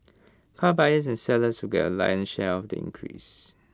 car buyers and sellers will get A lion share of the increase